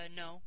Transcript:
no